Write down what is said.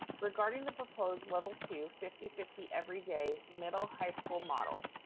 regarding the proposed level two fifty fifty every day, middle high school model,